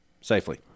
Safely